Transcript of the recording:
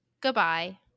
Goodbye